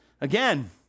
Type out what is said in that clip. Again